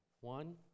One